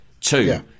two